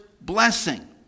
blessing